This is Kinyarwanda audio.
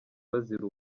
bazira